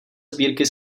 sbírky